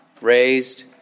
raised